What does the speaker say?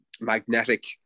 magnetic